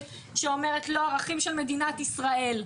לא, ערכים של מדינת ישראל.